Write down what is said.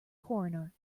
coroner